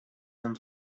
and